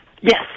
Yes